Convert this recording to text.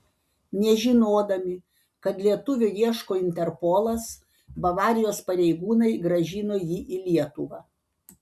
nežinodami kad lietuvio ieško interpolas bavarijos pareigūnai grąžino jį į lietuvą